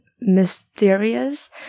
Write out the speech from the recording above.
mysterious